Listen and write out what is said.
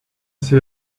see